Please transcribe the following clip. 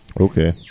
Okay